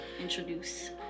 introduce